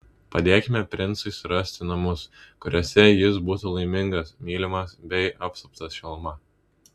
padėkime princui surasti namus kuriuose jis būtų laimingas mylimas bei apsuptas šiluma